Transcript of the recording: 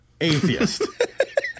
atheist